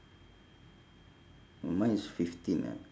mine is fifteen ah